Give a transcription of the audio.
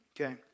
Okay